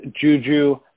Juju